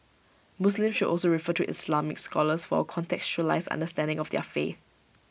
Muslims should also refer to Islamic scholars for A contextualised understanding of their faith